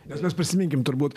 nes mes prisiminkim turbūt